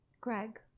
Greg